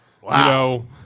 Wow